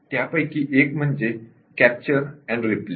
त्यापैकी एक म्हणजे कॅप्चर आणि रीप्ले